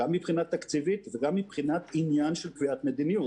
גם מבחינה תקציבית וגם מבחינת עניין של קביעת מדיניות.